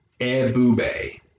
Ebube